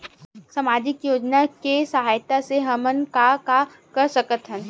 सामजिक योजना के सहायता से हमन का का कर सकत हन?